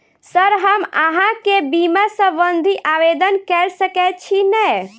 Sir हम अहाँ केँ बीमा संबधी आवेदन कैर सकै छी नै?